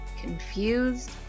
confused